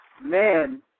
man